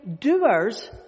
doers